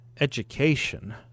education